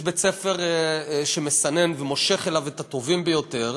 יש בית-ספר שמסנן ומושך אליו את הטובים ביותר,